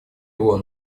его